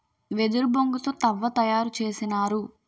వెదురు బొంగు తో తవ్వ తయారు చేసినారు